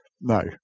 No